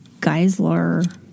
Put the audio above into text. geisler